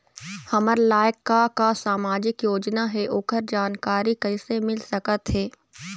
हमर लायक का का सामाजिक योजना हे, ओकर जानकारी कइसे मील सकत हे?